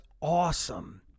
awesome